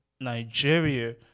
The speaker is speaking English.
Nigeria